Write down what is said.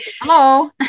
Hello